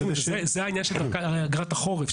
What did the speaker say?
זה העניין של אגרת החורף.